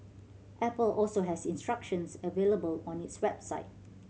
Apple also has instructions available on its website